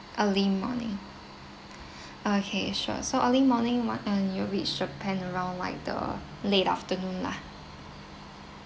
early morning okay sure so early morning one uh your reach the plane around like the late afternoon lah